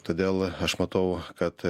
todėl aš matau kad